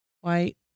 White